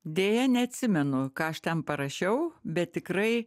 deja neatsimenu ką aš ten parašiau bet tikrai